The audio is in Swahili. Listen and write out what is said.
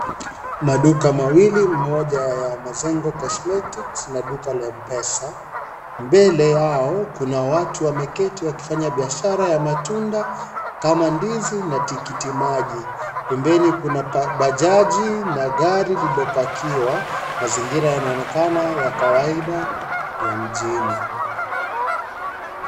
Maduka mawili moja ya Mazengo Cosmetics na duka la M-pesa mbele yao mkuna watu wameketi wakifanya biashara ya matunda kama ndizi na tikiti maji pembeni kuna bajaji na gari lililo pakiwa mazingira yanaonekana ya kawaida ya mjini.